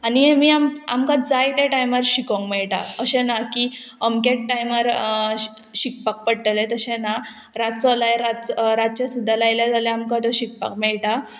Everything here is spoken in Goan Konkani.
आनी आमी आमकां जाय त्या टायमार शिकोंक मेळटा अशें ना की अमकेच टायमार शिकपाक पडटलें तशें ना रातचो लाय रातचे सुद्दां लायले जाल्यार आमकां तो शिकपाक मेळटा